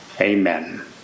amen